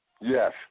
yes